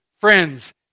friends